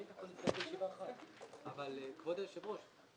כבוד היושב-ראש,